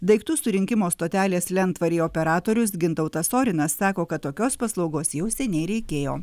daiktų surinkimo stotelės lentvaryje operatorius gintautas orinas sako kad tokios paslaugos jau seniai reikėjo